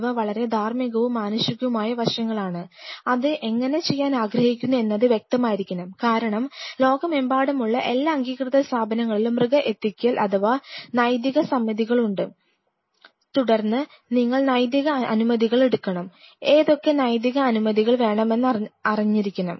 ഇവ വളരെ ധാർമ്മികവും മാനുഷികവുമായ വശങ്ങളാണ് അത് എങ്ങനെ ചെയ്യാൻ ആഗ്രഹിക്കുന്നു എന്നത് വ്യക്തമായിരിക്കണം കാരണം ലോകമെമ്പാടുമുള്ള എല്ലാ അംഗീകൃത സ്ഥാപനങ്ങളിലും അനിമൽ എത്തിക്കൽ അഥവാ നൈതിക സമിതികളുണ്ട് തുടർന്ന് നിങ്ങൾ നൈതിക അനുമതികൾ എടുക്കണം ഏതൊക്കെ നൈതിക അനുമതികൾ വേണമെന്നറിഞ്ഞിരിക്കണം